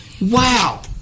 Wow